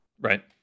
right